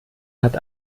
hat